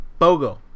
Bogo